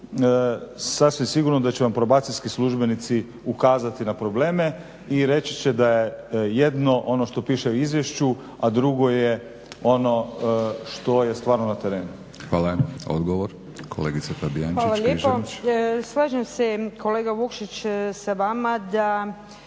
Sasvim sigurno da će vam probacijski službenici ukazati na probleme i reći će da je jedno ono što piše u izvješću, a drugo je ono što je stvarno na terenu. **Batinić, Milorad (HNS)** Hvala. Odgovor, kolegica Fabijančić-Križanić. **Fabijančić Križanić, Vesna (SDP)** Hvala